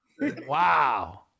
wow